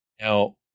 Now